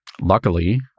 Luckily